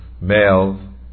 male